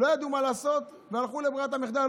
לא ידעו מה לעשות, והלכו לברירת המחדל.